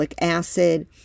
acid